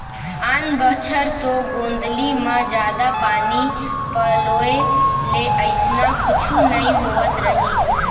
आन बछर तो गोंदली म जादा पानी पलोय ले अइसना कुछु नइ होवत रहिस